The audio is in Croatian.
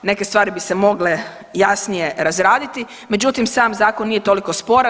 Neke stvari bi se mogle jasnije razraditi, međutim sam zakon nije toliko sporan.